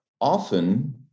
often